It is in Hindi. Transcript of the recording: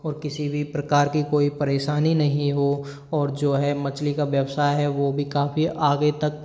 और किसी भी प्रकार की कोई परेशानी नहीं हो और जो है मछली का व्यवसाय है वो भी काफ़ी आगे तक